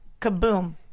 kaboom